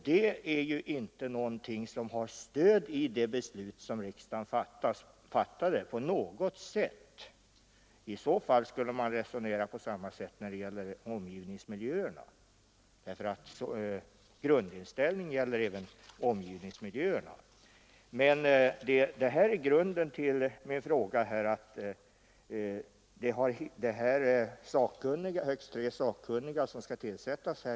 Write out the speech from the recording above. Det är ju någonting som inte på något sätt har stöd i det beslut för att förbättra arbetsmiljön som riksdagen fattat. Om så vore, borde man resonera på samma sätt när det gäller omgivningsmiljöerna, eftersom grundinställningen gäller även beträffande dessa.